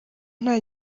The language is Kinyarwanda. nta